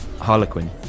Harlequin